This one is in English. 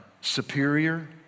superior